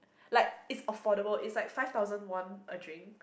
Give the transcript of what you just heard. like is affordable it's like five thousand won a drink